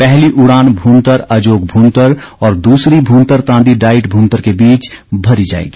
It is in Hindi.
पहली उड़ान भूंतर अजोग भूंतर और दूसरी भूंतर तांदी डाईट भूंतर के बीच भरी जाएगी